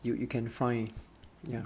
you you can find ya